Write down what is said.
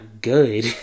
good